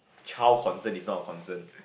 child concern is not a concern